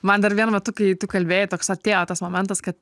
man dar vienu metu kai tu kalbėjai toks atėjo tas momentas kad